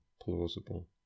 plausible